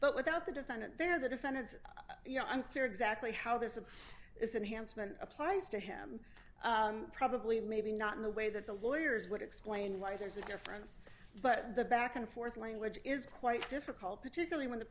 but without the defendant there the defendant's you know i'm clear exactly how this is and handsome and applies to him probably maybe not in the way that the lawyers would explain why there's a difference but the back and forth language is quite difficult particularly when the